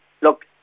Look